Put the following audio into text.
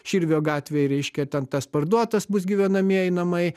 širvio gatvėje reiškia ten tas parduotas bus gyvenamieji namai